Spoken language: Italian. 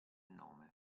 nome